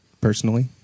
personally